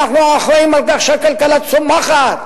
אנחנו אחראים לכך שהכלכלה צומחת.